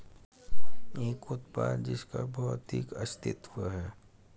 एक उत्पाद जिसका भौतिक अस्तित्व है?